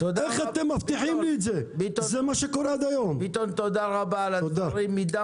צריך למצוא דרך לאפשר בנייה של לולים